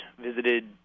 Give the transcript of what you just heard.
visited